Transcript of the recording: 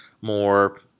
more